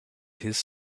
his